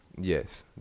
Yes